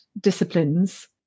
disciplines